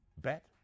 bet